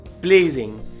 blazing